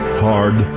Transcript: hard